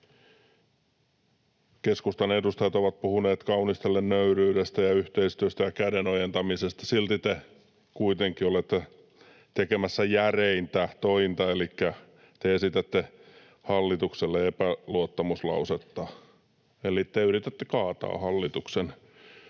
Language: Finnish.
Keskustan edustajat ovat puhuneet kaunistellen nöyryydestä ja yhteistyöstä ja käden ojentamisesta. Silti te kuitenkin olette tekemässä järeintä tointa elikkä te esitätte hallitukselle epäluottamuslausetta eli te yritätte kaataa hallituksen.